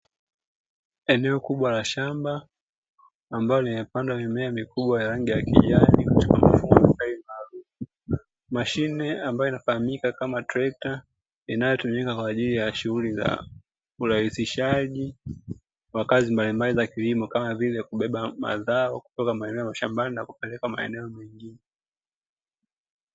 Eneo kubwa la shamba, ambalo limepandwa mimea mikubwa ya rangi ya kijani kwa mfumo na saizi maalumu, mashine inayofahamika kama trekta, inayotumika kwa ajili ya shughuli za urahisishaji wa kazi mbalimbali za kilimo, kama vile kubeba mazao kutoka maeneo ya mashambani na kupeleka sehemu nyingine.